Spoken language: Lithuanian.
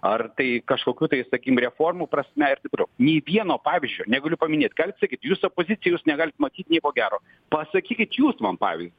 ar tai kažkokių tai sakim reformų prasme ir taip toliau nė vieno pavyzdžio negaliu paminėti galit sakyt jūs opozicija jūs negalit matyt nieko gero pasakykit jūs man pavyzdį